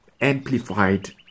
amplified